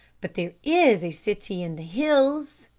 but there is a city in the hills,